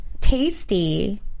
tasty